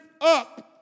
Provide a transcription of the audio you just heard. up